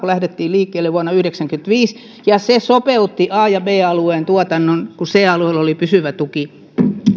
lähdettiin liikkeelle vuonna yhdeksänkymmentäviisi ja se sopeutti a ja b alueen tuotannon kun c alueella oli pysyvä tuki